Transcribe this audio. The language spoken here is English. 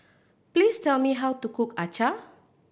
please tell me how to cook acar